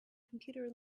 computer